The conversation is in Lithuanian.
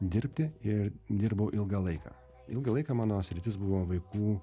dirbti ir dirbau ilgą laiką ilgą laiką mano sritis buvo vaikų